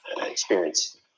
experience